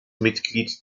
mitglied